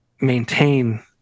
maintain